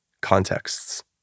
contexts